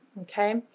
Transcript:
okay